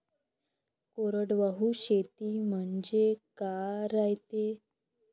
कोरडवाहू शेती म्हनजे का रायते?